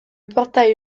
portail